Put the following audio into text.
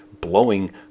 blowing